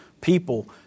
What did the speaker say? people